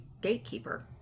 gatekeeper